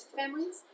families